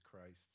Christ